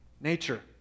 nature